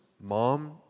mom